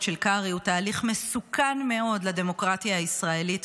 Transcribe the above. של קרעי הוא תהליך מסוכן מאוד לדמוקרטיה הישראלית.